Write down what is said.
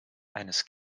eines